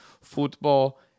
Football